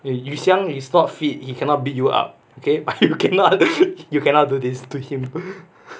yu xiang is not fit he cannot beat you up okay but you cannot do this to him